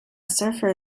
surfer